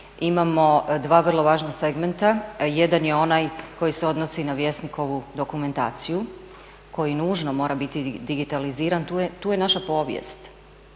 Imamo dva vrlo važna segmenta, jedan je onaj koji se odnosi na Vjesnikovu dokumentaciju koji nužno mora biti digitaliziran, tu je naša povijest,